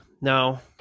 now